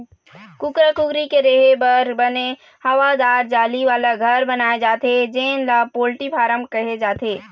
कुकरा कुकरी के रेहे बर बने हवादार जाली वाला घर बनाए जाथे जेन ल पोल्टी फारम कहे जाथे